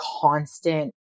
constant